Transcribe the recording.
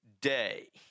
day